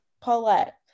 Paulette